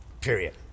period